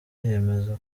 yemeza